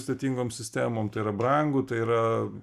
sudėtingom sistemom tai yra brangu tai yra